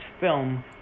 film